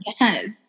yes